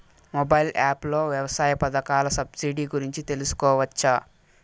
Mobile app లో వ్యవసాయ పథకాల సబ్సిడి గురించి తెలుసుకోవచ్చా?